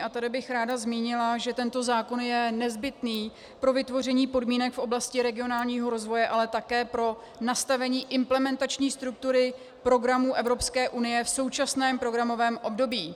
A tady bych ráda zmínila, že tento zákon je nezbytný pro vytvoření podmínek v oblasti regionálního rozvoje, ale také pro nastavení implementační struktury programů Evropské unie v současném programovém období.